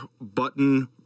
button